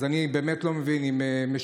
אז אני באמת לא מבין: אם משוגעים,